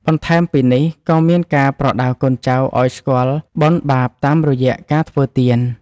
បន្ថែមពីនេះក៏មានការប្រដៅកូនចៅឱ្យស្គាល់បុណ្យបាបតាមរយៈការធ្វើទាន។